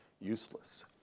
useless